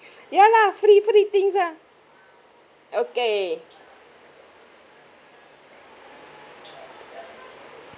ya lah free free things ah okay